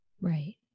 Right